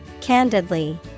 Candidly